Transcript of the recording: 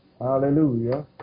Hallelujah